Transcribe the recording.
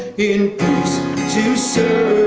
in peace to serve